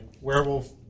Werewolf